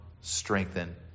strengthen